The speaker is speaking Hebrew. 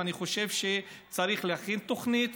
ואני חושב שצריך להכין תוכנית,